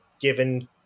given